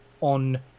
on